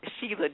Sheila